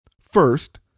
first